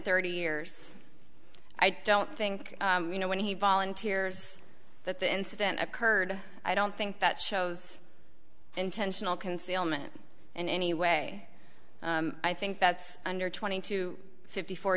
thirty years i don't think you know when he volunteers that the incident occurred i don't think that shows intentional concealment in any way i think that's under twenty to fifty four